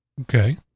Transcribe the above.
Okay